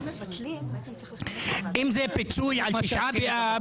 אם מבטלים, צריך לכנס את ועדת הכנסת.